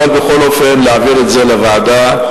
אבל בכל אופן להעביר את זה לוועדה,